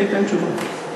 אתן תשובות.